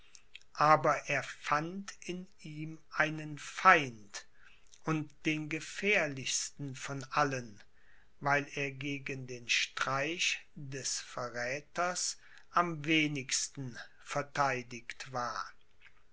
aber er fand in ihm einen feind und den gefährlichsten von allen weil er gegen den streich des verräthers am wenigsten vertheidigt war